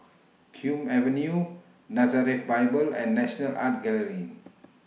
Hume Avenue Nazareth Bible and National Art Gallery